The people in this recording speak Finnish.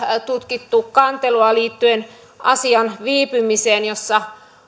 tutkittu kantelua liittyen asian viipymiseen jossa